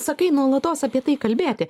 sakai nuolatos apie tai kalbėti